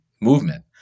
movement